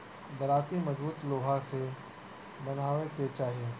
दराँती मजबूत लोहा से बनवावे के चाही